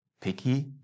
Picky